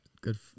Good